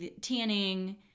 tanning